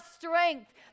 strength